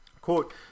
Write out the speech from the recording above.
Quote